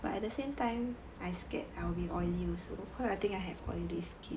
but at the same time I scared I'll be oily also cause I think I have oily skin